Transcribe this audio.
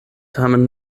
tamen